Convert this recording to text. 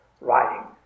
writing